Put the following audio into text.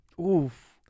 Oof